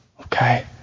Okay